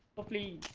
of the